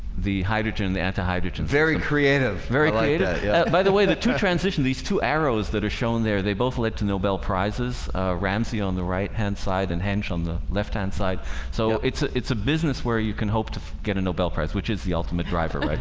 the hydrogen the anti hydrogen very creative very like by the way the to transition these two arrows that are shown there they both lit two nobel prizes ramsey on the right hand side and hench on the left hand side so it's it's a business where you can hope to get a nobel prize, which is the ultimate driver, right?